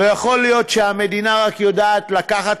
לא יכול להיות שהמדינה רק יודעת לקחת